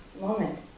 moment